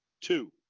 Two